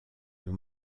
nous